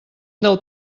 del